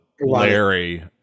Larry